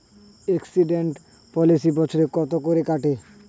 Accident policy বছরে কত করে কাটে?